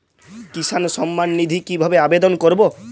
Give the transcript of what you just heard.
কিষান সম্মাননিধি কিভাবে আবেদন করব?